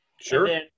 sure